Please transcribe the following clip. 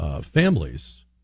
families